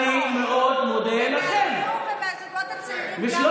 אז ניקח 10 מיליארד מהביטחון, ואני מאוד מודה לכם.